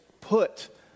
put